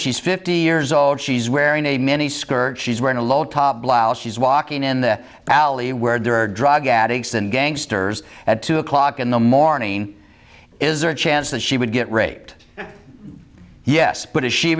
she's fifty years old she's wearing a mini skirt she's wearing a low top blouse she's walking in the alley where there are drug addicts and gangsters at two o'clock in the morning is there a chance that she would get raped yes but is she